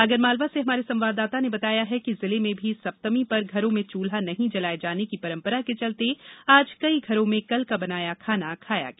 आगरमालवा से हमारे संवाददाता ने बताया है कि जिले में भी सप्तमी पर घरों में चूल्हा नहीं जलाये जाने की परम्परा के चलते आज कई घरों में कल का बनाया खाना खाया गया